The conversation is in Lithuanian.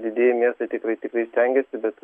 didieji miestai tikrai tikrai stengiasi bet